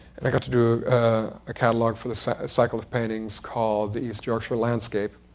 and i got to do a catalog for the cycle cycle of paintings called, the east yorkshire landscape,